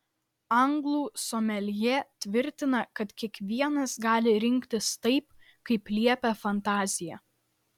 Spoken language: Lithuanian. anglų someljė tvirtina kad kiekvienas gali rinktis taip kaip liepia fantazija